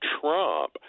Trump